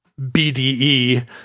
BDE